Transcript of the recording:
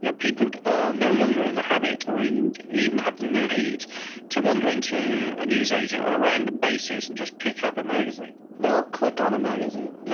you know people are um no longer in the habit or in even have the need to wander into a newsagent on a random basis and just pick up a magazine. they'll click on a magazine.